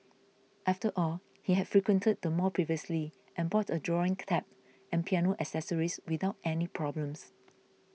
after all he had frequented the mall previously and bought a drawing tab and piano accessories without any problems